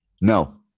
No